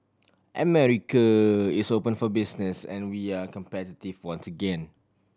America is open for business and we are competitive once again